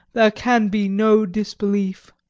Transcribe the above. there can be no disbelief.